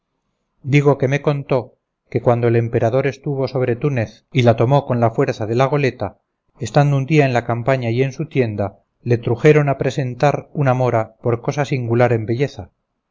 digo que me contó que cuando el emperador estuvo sobre túnez y la tomó con la fuerza de la goleta estando un día en la campaña y en su tienda le trujeron a presentar una mora por cosa singular en belleza